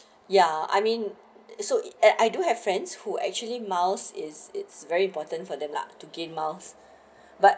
ya I mean it's so eh I do have friends who actually miles is it's very important for them lah to gain miles but